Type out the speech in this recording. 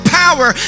power